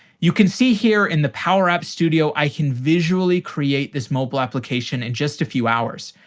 you can see here in the power apps studio, i can visually create this mobile application in just a few hours.